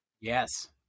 Yes